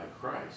Christ